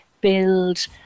build